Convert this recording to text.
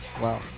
Wow